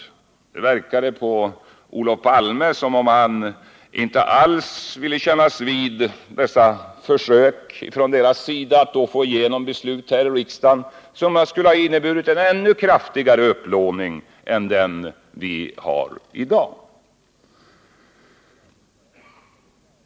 Det verkade på Olof Palme som om han inte alls ville kännas vid dessa försök från deras sida att då få igenom beslut här i riksdagen som skulle ha inneburit en ännu kraftigare upplåning än den vi har i dag.